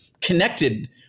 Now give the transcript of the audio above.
connected